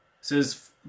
says